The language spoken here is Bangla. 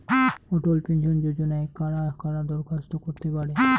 অটল পেনশন যোজনায় কারা কারা দরখাস্ত করতে পারে?